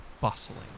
bustling